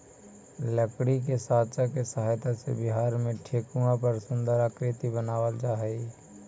लकड़ी के साँचा के सहायता से बिहार में ठेकुआ पर सुन्दर आकृति बनावल जा हइ